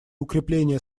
укрепление